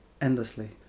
endlessly